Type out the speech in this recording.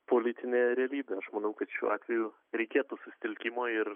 politinė realybė aš manau kad šiuo atveju reikėtų susitelkimo ir